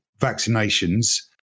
vaccinations